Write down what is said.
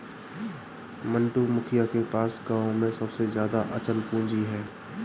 मंटू, मुखिया के पास गांव में सबसे ज्यादा अचल पूंजी है